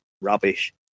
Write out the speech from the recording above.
rubbish